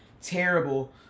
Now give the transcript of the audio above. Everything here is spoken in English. terrible